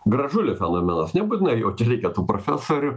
gražulio fenomenas nebūtinai jau čia reikėtų profesorių